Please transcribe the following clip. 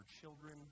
children